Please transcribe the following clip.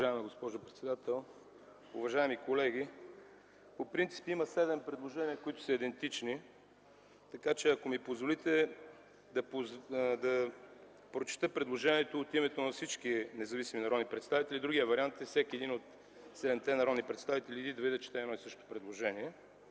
Уважаема госпожо председател, уважаеми колеги! По принцип има седем предложения, които са идентични, така че ако ми позволите, ще прочета предложението от името на всички независими народни представители. Другият вариант е всеки един от седемте народни представители да идва и да чете едно и също предложение.